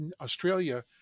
Australia